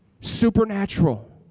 supernatural